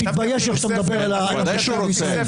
תתבייש איך שאתה מדבר על --- ודאי שהוא רוצה.